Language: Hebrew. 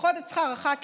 לפחות את שכר הח"כים,